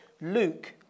Luke